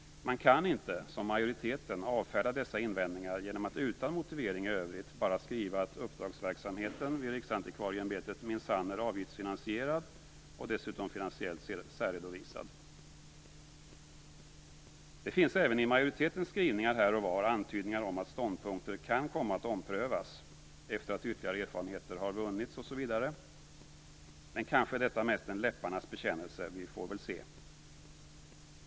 Man kan inte som majoriteten avfärda dessa invändningar genom att utan motivering i övrigt bara skriva att uppdragsverksamheten vid Riksantikvarieämbetet minsann är avgiftsfinansierad och dessutom finansiellt särredovisad. Det finns även i majoritetens skrivningar här och var antydningar om att ståndpunkter kan komma att omprövas efter att ytterligare erfarenheter har vunnits osv., men kanske är detta mest en läpparnas bekännelse, vi får väl se.